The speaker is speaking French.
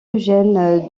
eugène